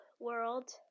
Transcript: world